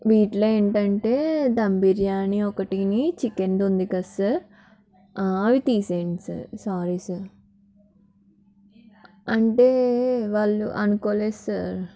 వీటిలో ఏంటంటే ధ బిర్యానీ ఒకటిని చికెన్ ఉంది కదా సర్ అవి తీసేయండి సార్ సారీ సార్ అంటే వాళ్ళు అనుకోలేదు సార్